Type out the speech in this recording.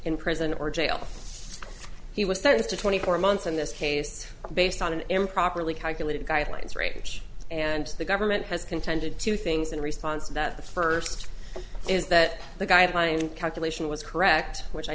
in prison or jail he was sentenced to twenty four months in this case based on an improperly calculated guidelines rage and the government has contended two things in response that the first is that the guideline calculation was correct which i